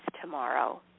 tomorrow